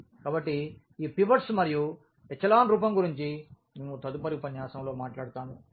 కాబట్టి ఈ పివట్స్ మరియు ఎచెలాన్ రూపం గురించి మేము తదుపరి ఉపన్యాసంలో మాట్లాడుతాము